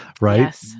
right